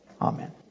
Amen